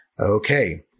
Okay